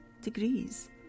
degrees